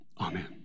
Amen